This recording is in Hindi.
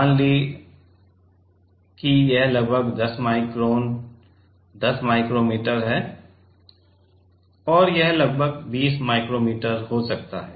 मान लें कि यह लगभग 10 माइक्रोन 10 माइक्रोमीटर है और यह लगभग 20 माइक्रोमीटर हो सकता है